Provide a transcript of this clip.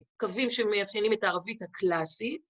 קווים שמאפיינים את הערבית הקלאסית.